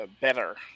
better